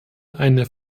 eine